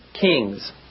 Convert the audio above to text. kings